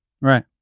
Right